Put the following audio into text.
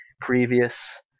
previous